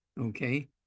okay